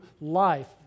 life